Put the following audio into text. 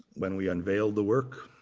when we unveiled the work.